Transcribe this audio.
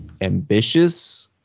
ambitious